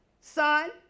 Son